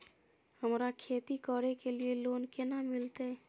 हमरा खेती करे के लिए लोन केना मिलते?